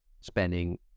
spending